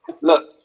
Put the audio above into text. look